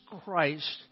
Christ